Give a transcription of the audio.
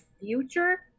future